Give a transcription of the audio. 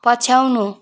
पछ्याउनु